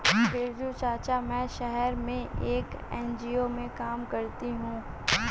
बिरजू चाचा, मैं शहर में एक एन.जी.ओ में काम करती हूं